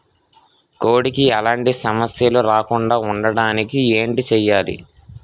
కోడి కి ఎలాంటి సమస్యలు రాకుండ ఉండడానికి ఏంటి చెయాలి?